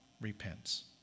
repents